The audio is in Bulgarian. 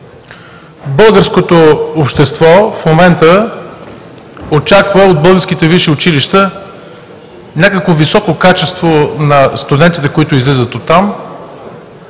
Българското общество в момента очаква от българските висши училища някакво високо качество на студентите, които излизат оттам,